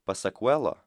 pasak velo